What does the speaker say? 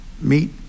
meet